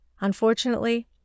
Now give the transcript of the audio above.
Unfortunately